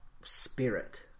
spirit